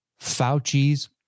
Fauci's